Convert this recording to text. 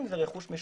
אם זה רכוש משותף,